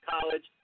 College